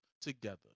together